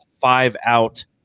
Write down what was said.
five-out